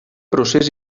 procés